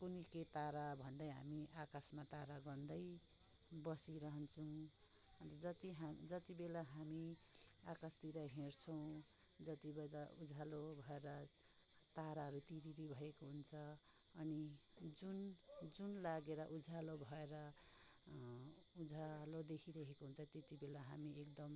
कुन्नि के तारा भन्दै हामी आकाशमा तारा गन्दै बसिरहन्छौँ जति जति बेला हामी आकाशतिर हेर्छौँ जति बेला उज्यालो भएर ताराहरू तिरिरी भएको हुन्छ अनि जुन जुन लागेर उज्यालो भएर उज्यालो देखिरहेको हुन्छ त्यति बेला हामी एकदम